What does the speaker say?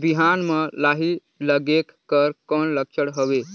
बिहान म लाही लगेक कर कौन लक्षण हवे?